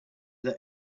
that